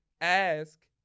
ask